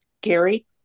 Gary